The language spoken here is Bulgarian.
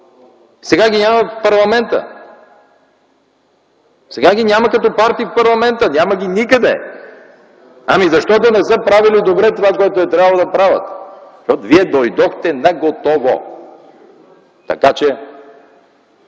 сега ги няма в парламента? Сега ги няма като партии в парламента, няма ги никъде. Защото не са правили добре това, което е трябвало да правят. Вие дойдохте наготово. Това, че